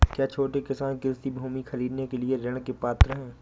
क्या छोटे किसान कृषि भूमि खरीदने के लिए ऋण के पात्र हैं?